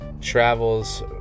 travels